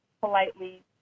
politely